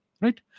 right